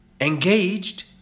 engaged